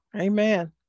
Amen